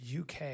UK